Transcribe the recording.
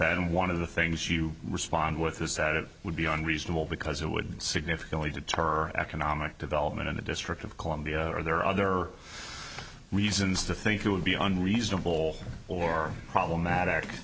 that and one of the things you respond with is that it would be unreasonable because it would significantly deter economic development in the district of columbia or are there other reasons to think it would be unreasonable or problematic